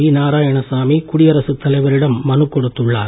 we Narayanasamy குடியரசு தலைவரிடம் மனுக் கொடுத்துள்ளார்